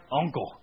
uncle